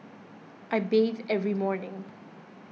I bathe every morning